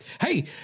Hey